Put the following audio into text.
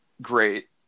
great